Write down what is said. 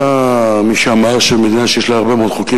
היה מי שאמר שמדינה שיש לה הרבה מאוד חוקים,